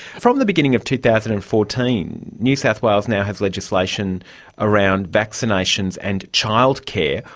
from the beginning of two thousand and fourteen, new south wales now has legislation around vaccinations and childcare.